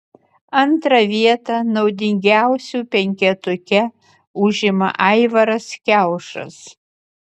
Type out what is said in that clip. antrą vietą naudingiausių penketuke užima aivaras kiaušas